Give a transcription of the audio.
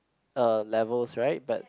uh levels right but